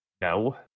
No